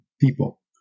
people